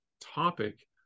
topic